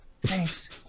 Thanks